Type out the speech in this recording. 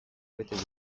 bete